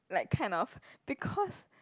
like kind of because